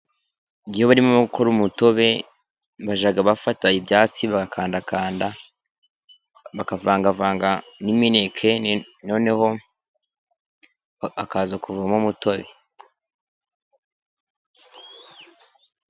Iyo barimo gukora umutobe, bajya bafata ibyatsi bakandakanda bakavangavanga n'imineke, noneho akaza kuvamo umutobe.